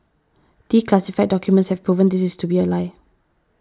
declassified documents have proven this to be a lie